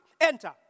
Enter